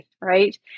right